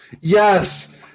yes